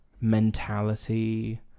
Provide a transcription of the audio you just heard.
mentality